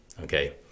Okay